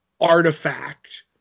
artifact